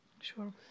Sure